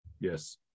Yes